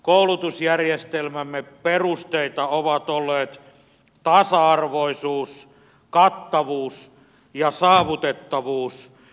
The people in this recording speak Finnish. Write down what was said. koulutusjärjestelmämme perusteita ovat olleet tasa arvoisuus kattavuus ja saavutettavuus